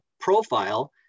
profile